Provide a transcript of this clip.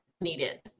needed